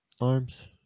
Arms